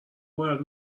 باید